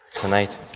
tonight